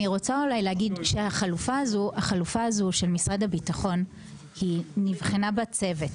אני רוצה להגיד שהחלופה הזו של משרד הביטחון נבחנה בצוות,